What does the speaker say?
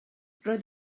roedd